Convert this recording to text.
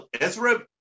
Ezra